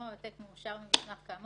או לפי העתק מאושר של מסמך זיהוי כאמור,